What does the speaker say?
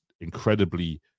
incredibly